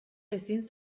ezin